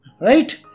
Right